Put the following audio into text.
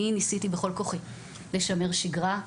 אני ניסיתי בכל כוחי לשמר שגרה,